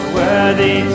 worthy